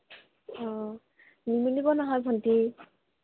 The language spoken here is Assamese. অঁ নিমিলিব নহয় ভণ্টী